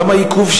גם העיכוב,